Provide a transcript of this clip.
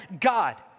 God